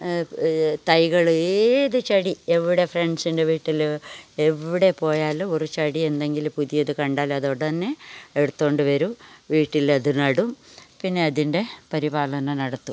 തൈകൾ ഏത് ചെടി എവിടെ ഫ്രണ്ട്സിൻ്റെ വീട്ടിൽ എവിടെ പോയാലും ഒരു ചെടി ഉണ്ടെങ്കിൽ പുതിയത് കണ്ടാൽ അത് ഉടനെ എടുത്തു കൊണ്ട് വരും വീട്ടിൽ അത് നടും പിന്നെ അതിൻ്റെ പരിപാലനം നടത്തും